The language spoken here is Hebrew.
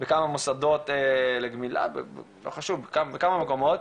בכמה מוסדות של גמילה ועוד כמה מקומות.